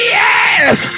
yes